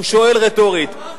הוא שואל, רטורית.